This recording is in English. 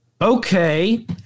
Okay